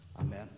Amen